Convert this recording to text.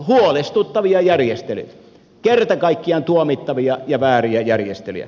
huolestuttavia järjestelyjä kerta kaikkiaan tuomittavia ja vääriä järjestelyjä